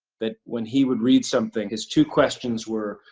that when he would read something, his two questions were,